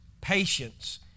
patience